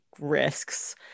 risks